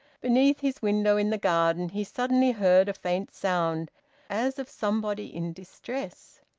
beneath his window, in the garden, he suddenly heard a faint sound as of somebody in distress.